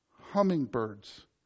hummingbirds